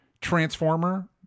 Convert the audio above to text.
transformer